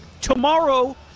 tomorrow